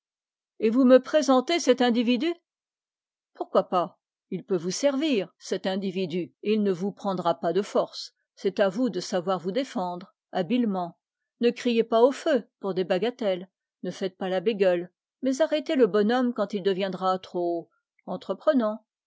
et vous me présentez cet individu il peut vous servir cet individu et il ne vous prendra pas de force c'est à vous de savoir vous défendre ne criez pas au feu pour des bagatelles mais arrêtez le personnage quand il deviendra trop entreprenant